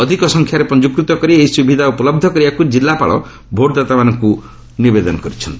ଅଧିକ ସଂଖ୍ୟାରେ ପଞ୍ଜିକୃତ କରି ଏହି ସୁବିଧା ଉପଲବ୍ଧ କରିବାକୁ ଜିଲ୍ଲାପାଳ ଭୋଟ୍ଦାତାମାନଙ୍କୁ ନିବେଦନ କରିଛନ୍ତି